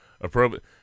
appropriate